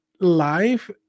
life